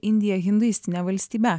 indiją hinduistine valstybe